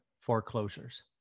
foreclosures